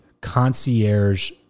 concierge